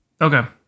Okay